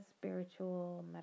spiritual